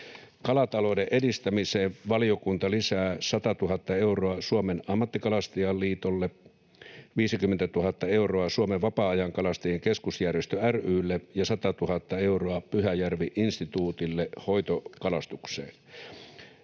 Kalatalouden edistämiseen valiokunta lisää 100 000 euroa Suomen Ammattikalastajaliitolle, 50 000 euroa Suomen Vapaa-ajankalastajien Keskusjärjestö ry:lle ja 100 000 euroa Pyhäjärvi-instituutille hoitokalastukseen.